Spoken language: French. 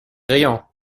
riant